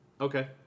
Okay